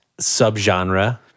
subgenre